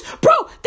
bro